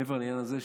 מעבר לעניין הזה,